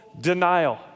denial